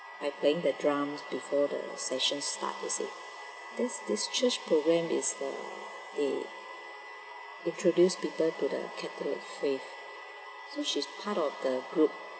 by playing the drums before the sessions start you see this this church program is the the introduce people to the catholic faith so she's part of the group